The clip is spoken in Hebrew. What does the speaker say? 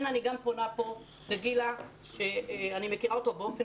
אני פונה לגילה שאני מכירה אותה באופן